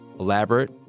elaborate